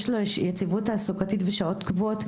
יש לו יציבות תעסוקתית ושעות קבועות.